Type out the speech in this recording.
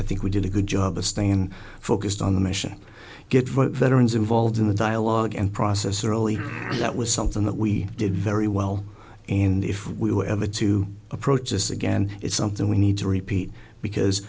i think we did a good job of staying focused on the mission get veterans involved in the dialogue and process early and that was something that we did very well and if we were ever to approach this again it's something we need to repeat